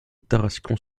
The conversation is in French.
tarascon